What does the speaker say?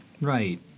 Right